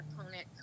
opponent